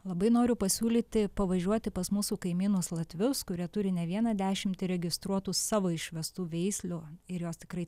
labai noriu pasiūlyti pavažiuoti pas mūsų kaimynus latvius kurie turi ne vieną dešimtį registruotų savo išvestų veislių ir jos tikrai